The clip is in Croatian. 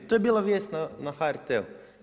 To je bila vijest na HRT-u.